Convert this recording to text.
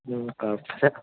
കുഴപ്പമില്ല